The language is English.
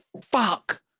fuck